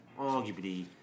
arguably